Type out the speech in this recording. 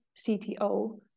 cto